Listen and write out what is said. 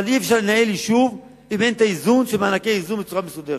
אבל אי-אפשר לנהל יישוב אם אין את האיזון של מענקי האיזון בצורה מסודרת.